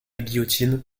guillotine